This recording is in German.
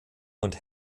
und